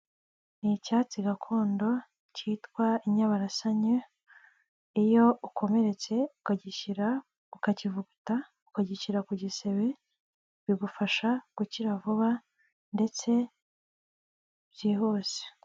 Ni icyatsi gakondo cyitwa inyabarasanye, iyo ukomeretse ukagishyira ukakivuguta ukagishyira ku gisebe bigufasha gukira vuba ndetse byihuse.